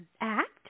act